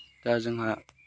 दा जोंहा